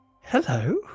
Hello